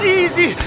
easy